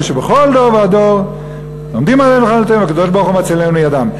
אלא שבכל דור ודור עומדים עלינו לכלותנו והקדוש-ברוך-הוא מצילנו מידם".